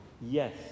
yes